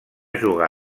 jugar